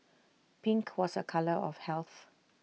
pink was A colour of health